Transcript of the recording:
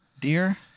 dear